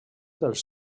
dels